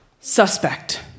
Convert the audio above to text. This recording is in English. Suspect